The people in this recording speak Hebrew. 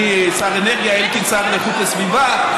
אני שר האנרגיה, אלקין שר לאיכות הסביבה.